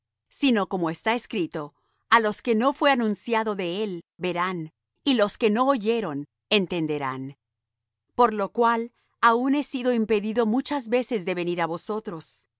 sino como esta escrito a los que no fué anunciado de él verán y los que no oyeron entenderán por lo cual aun he sido impedido muchas veces de venir á vosotros